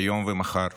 היום ומחר.